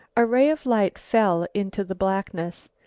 a ray of light fell into the blackness.